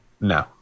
No